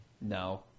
No